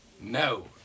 No